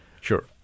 Sure